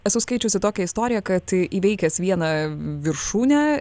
esu skaičiusi tokią istoriją kad įveikęs vieną viršūnę